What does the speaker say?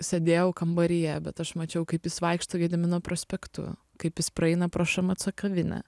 sėdėjau kambaryje bet aš mačiau kaip jis vaikšto gedimino prospektu kaip jis praeina pro šmc kavinę